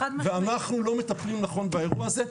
ואנחנו לא מטפלים נכון באירוע הזה.